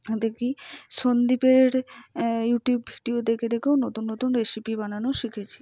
দেখি সন্দীপের YouTube video দেখে দেখেও নতুন নতুন রেসিপি বানানো শিখেছি